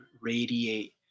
radiate